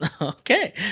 Okay